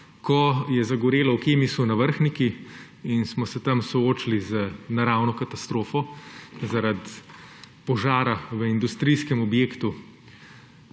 Ko je zagorelo v Kemisu na Vrhniki in smo se tam soočili z naravno katastrofo zaradi požara v industrijskem objektu,